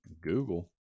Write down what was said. Google